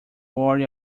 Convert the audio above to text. worry